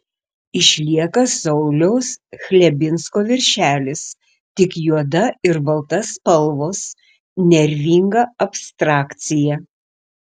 išlieka sauliaus chlebinsko viršelis tik juoda ir balta spalvos nervinga abstrakcija